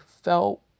felt